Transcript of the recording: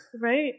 Right